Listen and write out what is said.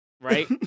right